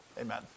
amen